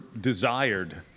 desired